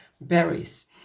berries